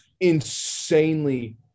insanely